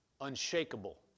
unshakable